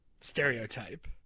stereotype